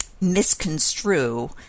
misconstrue